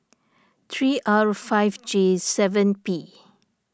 three R five J seven P